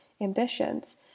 ambitions